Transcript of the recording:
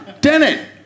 Dennett